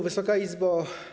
Wysoka Izbo!